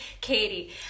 Katie